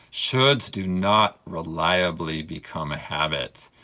shoulds do not reliably become a habit.